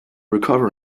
recover